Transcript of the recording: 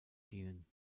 dienen